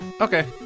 Okay